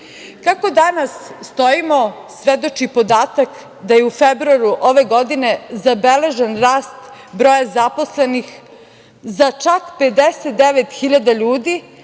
danas stojimo, svedoči podatak da je u februaru ove godine zabeležen rast broja zaposlenih za čak 59.000 ljudi,